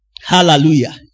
Hallelujah